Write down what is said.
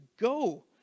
go